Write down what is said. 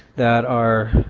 that are